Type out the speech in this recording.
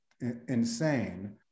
insane